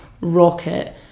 rocket